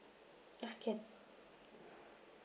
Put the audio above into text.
ya can